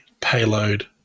payload